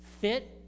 Fit